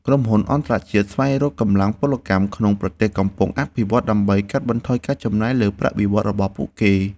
ក្រុមហ៊ុនអន្តរជាតិស្វែងរកកម្លាំងពលកម្មក្នុងប្រទេសកំពុងអភិវឌ្ឍន៍ ដើម្បីកាត់បន្ថយការចំណាយលើប្រាក់បៀវត្សរ៍របស់ពួកគេ។